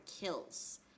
kills